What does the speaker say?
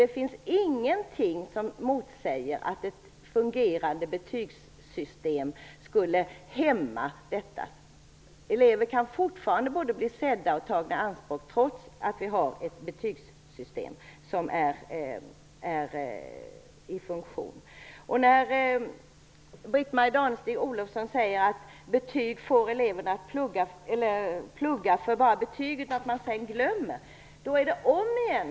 Det finns ingenting som motsäger att ett fungerande betygssystem skulle hämma detta. Elever kan fortfarande både bli sedda och tagna i anspråk trots att vi har ett betygssystem som är i funktion. Britt-Marie Danestig-Olofsson säger att betygen får eleverna att bara plugga för betygen och att de sedan glömmer vad de har lärt sig.